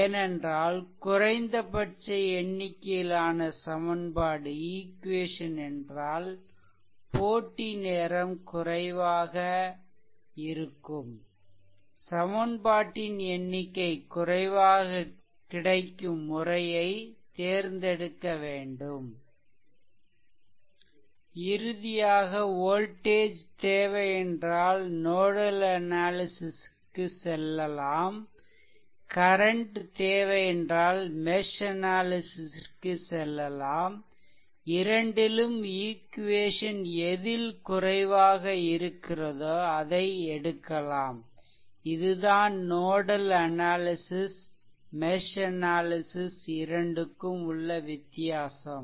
ஏனென்றால் குறைந்தபட்ச எண்ணிக்கையிலான சமன்பாடு என்றால் போட்டி நேரம் குறைவாக இருக்கும் சமன்பாட்டின் எண்ணிக்கை குறைவாக கிடைக்கும் முறையை தேர்ந்தெடுக்க வேண்டும் இறுதியாக வோல்டேஜ் தேவை என்றால் நோடல் அனாலிசிஷ் க்கு செல்லலாம் கரன்ட் தேவை என்றால் மெஷ் அனாலிசிஷ் க்கு செல்லலாம் இரண்டிலும் ஈக்வேசன் எதில் குறைவாக இருக்கிறதோ அதை எடுக்கலாம் இது தான் நோடல் அனாலிசிஷ் மெஷ் அனாலிசிஷ் இரண்டுக்கும் உள்ள வித்தியாசம்